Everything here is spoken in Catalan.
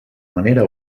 manera